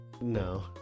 No